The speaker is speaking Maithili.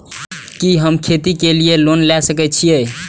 कि हम खेती के लिऐ लोन ले सके छी?